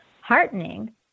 Heartening